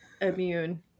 immune